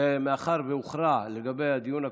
ומאחר שהוכרע לגבי הדיון הקודם,